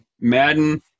madden